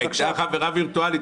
היא הייתה חברה וירטואלית,